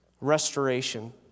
restoration